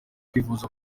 kwivuza